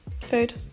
food